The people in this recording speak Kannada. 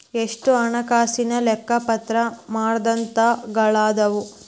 ಎಷ್ಟ ಹಣಕಾಸಿನ್ ಲೆಕ್ಕಪತ್ರ ಮಾನದಂಡಗಳದಾವು?